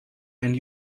and